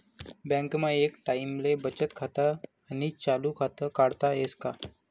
बँकमा एक टाईमले बचत खातं आणि चालू खातं काढता येस का?